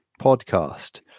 podcast